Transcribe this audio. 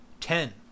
Ten